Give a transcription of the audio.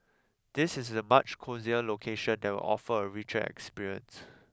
this is a much cosier location that will offer a richer experience